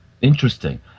interesting